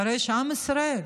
אחרי שעם ישראל,